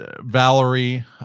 Valerie